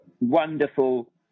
wonderful